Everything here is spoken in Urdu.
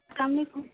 السلام علیکم